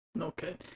Okay